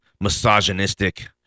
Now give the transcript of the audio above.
misogynistic –